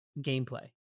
gameplay